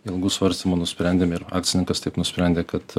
ilgų svarstymų nusprendėme ir akcininkas taip nusprendė kad